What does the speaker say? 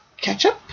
ketchup